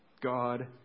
God